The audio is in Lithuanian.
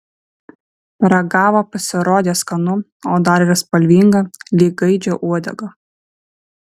paragavo pasirodė skanu o dar ir spalvinga lyg gaidžio uodega